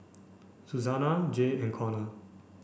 Susana Jay and Conor